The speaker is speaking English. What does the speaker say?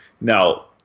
Now